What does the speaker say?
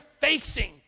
facing